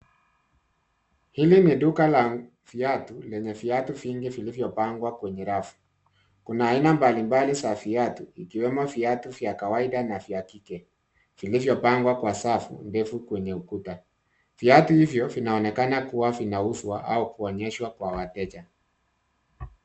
Hili ni duka la viatu lenye viatu vingi vilivyopangwa kwenye rafu. Kuna aina mbalimbali za viatu ikiwemo viatu vya kawaida na vya kike vilivyopangwa kwa safu defu kwenye ukuta .Viatu hivyo vinaonekana kuwa vinauzwa au kuonyeshwa kwa wateja.